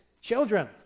children